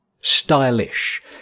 stylish